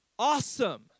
awesome